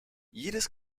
jedes